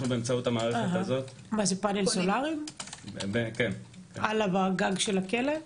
מדובר בפאנלים סולאריים עלה גג של הכלא,